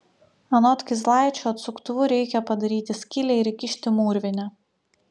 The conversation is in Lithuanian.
anot kizlaičio atsuktuvu reikia padaryti skylę ir įkišti mūrvinę